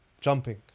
jumping